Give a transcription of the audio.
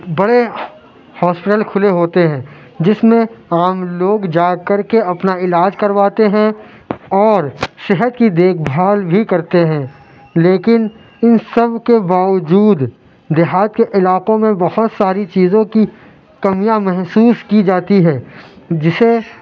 بڑے ہاسپٹل کھلے ہوتے ہیں جس میں عوام لوگ جا کر کے اپنا علاج کرواتے ہیں اور صحت کی دیکھ بھال بھی کرتے ہیں لیکن ان سب کے باوجود دیہات کے علاقوں میں بہت ساری چیزوں کی کمیاں محسوس کی جاتی ہیں جسے